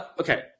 Okay